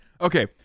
Okay